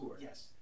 Yes